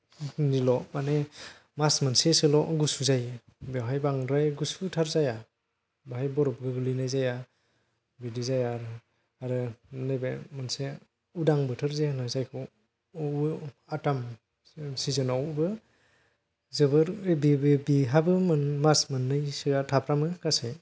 निल' माने मास मोनसेसोल' गुसु जायो बेवहाय बांद्राय गुसुथार जाया बाहाय बरफ गोग्लैनाय जाया बिदि जाया आरो आरो नैबे मोनसे उदां बोथोरजे होनो जायखौ अबे आताम सिजोन आवबो जोबोर बि बि बिहाबो मोन मास मोननैसोआ थाफ्रामो गासै